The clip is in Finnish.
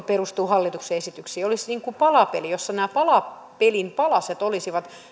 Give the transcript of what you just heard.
perustuu hallituksen esityksiin olisi palapeli jossa nämä palapelin palaset olisivat